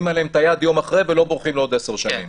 עליהם את היד יום אחרי והם לא בורחים לעוד 10 שנים.